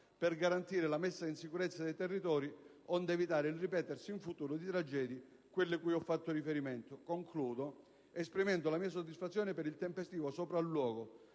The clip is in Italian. per garantire la messa in sicurezza dei territori, onde evitare il ripetersi, in futuro, di tragedie quali quelle a cui ho fatto riferimento. Concludo esprimendo la mia soddisfazione per il tempestivo sopralluogo